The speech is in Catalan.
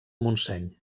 montseny